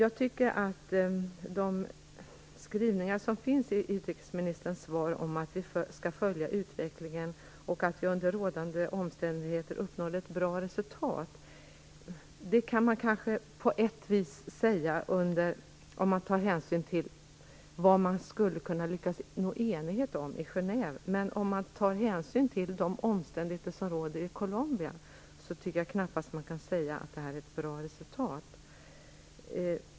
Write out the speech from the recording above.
I utrikesministerns svar finns skrivningar om att vi skall följa utvecklingen och att vi under rådande omständigheter uppnådde ett bra resultat. Detta kan kanske på ett vis sägas, med hänsyn till vad man skulle kunna nå enighet om i Genève. Men om man tar hänsyn till de omständigheter som råder i Colombia tycker jag knappast att man kan säga att det är ett bra resultat.